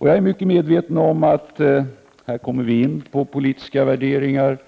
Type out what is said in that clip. Jag är mycket medveten om att vi här kommer in på politiska värderingar.